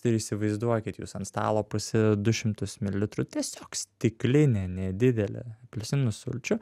ir įsivaizduokit jūs ant stalo pasi du šimtus mililitrų tiesiog stiklinė nedidelė apelsinų sulčių